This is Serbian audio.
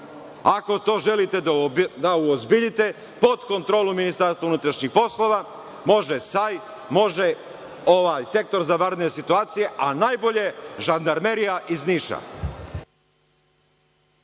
Ako to želite da uozbiljite, pod kontrolom Ministarstva unutrašnjih poslova, može SAJ, može Sektor za vanredne situacije, a najbolje žandarmerija iz Niša.